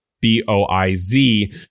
B-O-I-Z